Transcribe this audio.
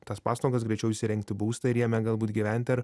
tas paslaugas greičiau įsirengti būstą ir jame galbūt gyventi ar